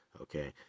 okay